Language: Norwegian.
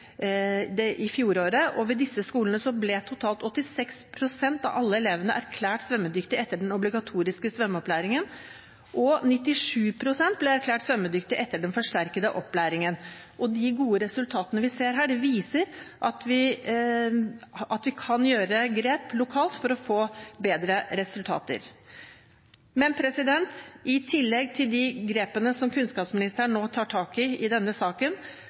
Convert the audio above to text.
i fjor. Ved disse skolene ble totalt 86 pst. av alle elevene erklært svømmedyktige etter den obligatoriske svømmeopplæringen, og 97 pst. ble erklært svømmedyktige etter den forsterkede opplæringen. De gode resultatene vi ser her, viser at vi kan ta grep lokalt for å få bedre resultater. I tillegg til de grepene som kunnskapsministeren nå, sammen med integreringsministeren, tar i denne saken,